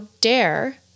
dare